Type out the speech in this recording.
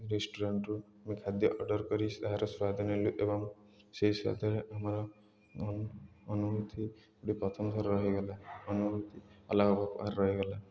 ରେଷ୍ଟୁରାଣ୍ଟ୍ରୁ ଆମେ ଖାଦ୍ୟ ଅର୍ଡ଼ର୍ କରି ତାହାର ସ୍ୱାଦ ନେଲୁ ଏବଂ ସେଇ ସ୍ୱାଦରେ ଆମର ଅନୁଭୂତି ଗୋଟେ ପ୍ରଥମ ଥର ରହିଗଲା ଅନୁଭୂତି ଅଲାଗ ପ୍ରକାର ରହିଗଲା